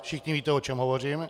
Všichni víte, o čem hovořím.